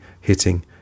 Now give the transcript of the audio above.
hitting